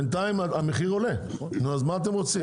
בינתיים המחיר עולה, אז מה אתם רוצים?